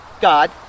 God